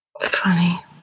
Funny